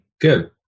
Good